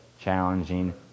Challenging